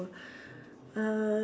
uh